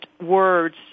words